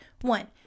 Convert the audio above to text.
One